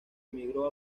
emigró